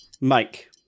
Mike